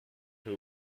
who